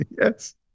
yes